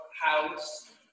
house